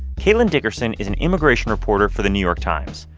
caitlin dickerson is an immigration reporter for the new york times.